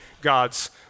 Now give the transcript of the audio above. God's